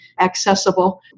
accessible